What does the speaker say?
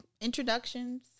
introductions